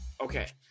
Okay